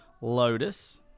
lotus